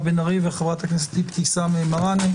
בן ארי וחברת הכנסת אבתיסאם מראענה.